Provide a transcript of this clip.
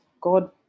God